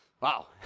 wow